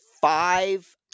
five